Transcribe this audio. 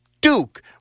Duke